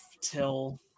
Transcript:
till